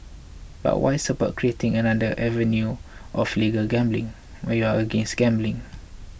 but why support creating another avenue of legal gambling when you're against gambling